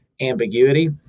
ambiguity